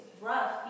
rough